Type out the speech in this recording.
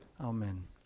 Amen